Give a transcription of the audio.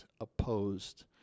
opposed